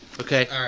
Okay